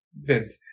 Vince